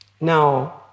Now